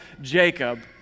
Jacob